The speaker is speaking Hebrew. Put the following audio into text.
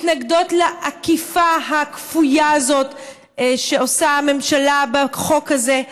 הן מתנגדות לעקיפה הכפויה הזאת שעושה הממשלה בחוק הזה,